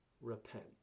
repent